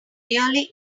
really